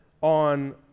on